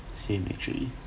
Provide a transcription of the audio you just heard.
same actually